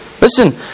Listen